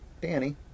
Danny